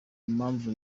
mpamvu